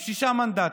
עם שישה מנדטים,